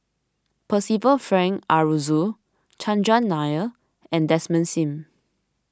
Percival Frank Aroozoo Chandran Nair and Desmond Sim